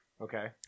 Okay